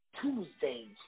Tuesdays